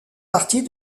partie